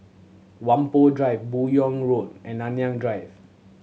Whampoa Drive Buyong Road and Nanyang Drive